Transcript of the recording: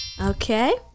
Okay